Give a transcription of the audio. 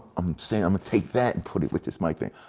um so um take that and put it with this mic thing.